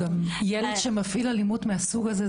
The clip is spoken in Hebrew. ילד שמפעיל אלימות מסוג הזה,